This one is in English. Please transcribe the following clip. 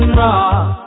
rock